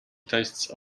tastes